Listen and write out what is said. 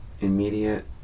immediate